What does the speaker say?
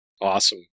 Awesome